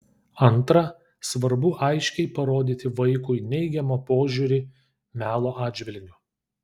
antra svarbu aiškiai parodyti vaikui neigiamą požiūrį melo atžvilgiu